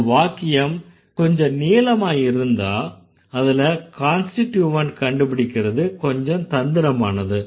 ஒரு வாக்கியம் கொஞ்சம் நீளமா இருந்தா அதுல கான்ஸ்டிட்யூவன்ட்ட கண்டுபிடிக்கறது கொஞ்சம் தந்திரமானது